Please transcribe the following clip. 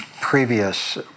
previous